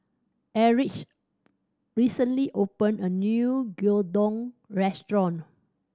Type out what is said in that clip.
Erich recently opened a new Gyudon Restaurant